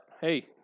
hey